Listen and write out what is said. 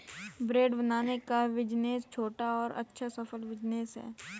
bread बनाने का business छोटा और अच्छा सफल बिज़नेस है